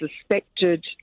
suspected